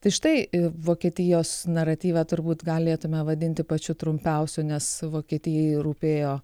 tai štai ir vokietijos naratyvą turbūt galėtumėme vadinti pačiu trumpiausiu nes vokietijai rūpėjo